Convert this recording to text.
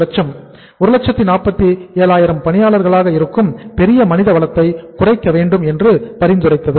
47 லட்சம் பணியாளர்களாக இருக்கும் பெரிய மனித வளத்தை குறைக்க வேண்டும் என்று பரிந்துரைத்தது